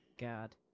god